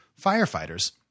firefighters